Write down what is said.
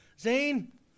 zane